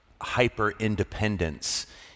hyper-independence